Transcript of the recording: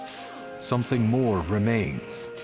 something more remains,